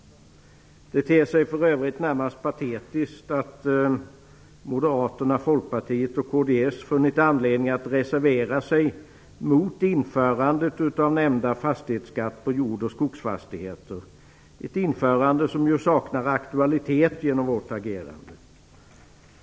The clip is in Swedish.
Det ter sig för övrigt närmast patetiskt att Moderaterna, Folkpartiet och kds funnit anledning att reservera sig mot införandet av nämnda fastighetsskatt på jord och skogsfastigheter - ett införande som genom vårt agerande saknar aktualitet.